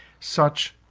such,